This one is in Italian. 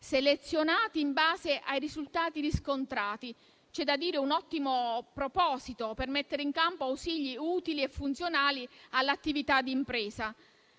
selezionati in base ai risultati riscontrati. C'è da dire che è un ottimo proposito per mettere in campo ausili utili e funzionali all'attività di impresa.